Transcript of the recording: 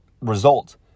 result